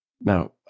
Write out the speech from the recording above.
now